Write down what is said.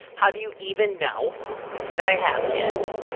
have do you even know that i have kids?